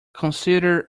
consider